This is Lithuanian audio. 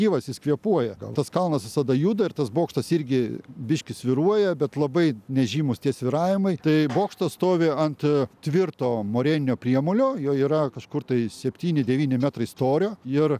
gyvas jis kvėpuoja gal tas kalnas visada juda ir tas bokštas irgi biškį svyruoja bet labai nežymūs tie svyravimai tai bokštas stovi ant tvirto moreninio priemolio jo yra kažkur tai septyni devyni metrai storio ir